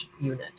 unit